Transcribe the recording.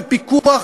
ופיקוח,